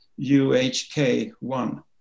UHK1